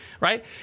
right